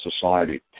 society